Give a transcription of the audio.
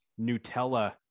Nutella